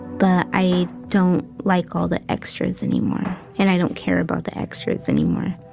but i don't like all the extras anymore and i don't care about the extras anymore.